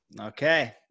okay